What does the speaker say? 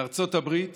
בארצות הברית